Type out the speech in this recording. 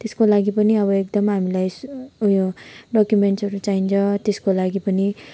त्यसको लागि पनि अब एकदम हामीलाई उयो डक्युमेन्ट्सहरू चाहिन्छ त्यसको लागि पनि